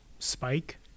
Spike